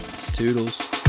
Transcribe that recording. Toodles